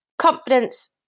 confidence